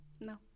no